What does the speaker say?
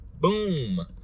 Boom